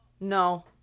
No